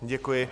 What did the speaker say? Děkuji.